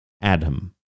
Adam